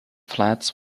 flats